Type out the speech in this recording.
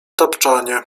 tapczanie